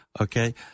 okay